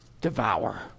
devour